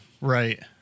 right